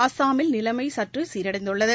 அஸ்ஸாமில் நிலைமை சற்று சீரடைந்துள்ளது